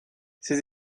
ses